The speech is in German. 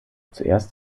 zuerst